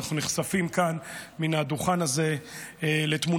אנחנו נחשפים כאן מן הדוכן הזה לתמונותיהם